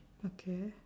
okay